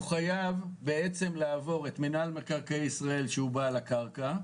הוא חייב בעצם לעבור את מינהל מקרקעי ישראל שהוא בעל הקרקע,